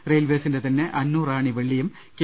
റെയിൽവെസിന്റെ തന്നെ അന്നുറാണി വെള്ളിയും കെ